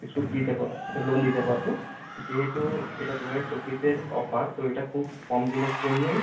সুদ দিতে পারব লোন দিতে পারব যেহেতু এটা দু হাজার চব্বিশের অফার তো এটা খুব কম দিনের জন্যই